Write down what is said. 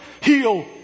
Heal